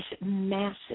massive